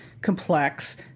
complex